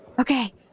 Okay